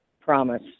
promise